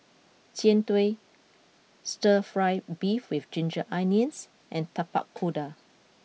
Jian Dui Stir Fry Beef with Ginger Onions and Tapak Kuda